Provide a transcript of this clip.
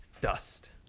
dust